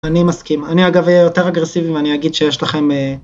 אני מסכים, אני אגב יותר אגרסיבי ואני אגיד שיש לכם